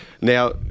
Now